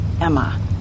Emma